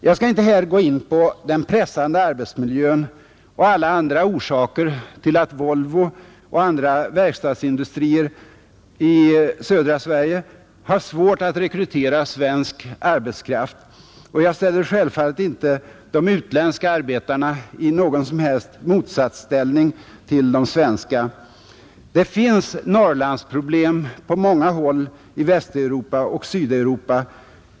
Jag skall inte här gå in på den pressande arbetsmiljön och alla andra orsaker till att Volvo och andra verkstadsindustrier i södra Sverige har svårt att rekrytera svensk arbetskraft, och jag ställer självfallet inte de utländska arbetarna i någon som helst motsatsställning till de svenska. Det finns Norrlandsproblem på många håll i Västeuropa och Sydeuropa.